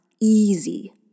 easy